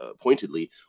pointedly